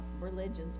religions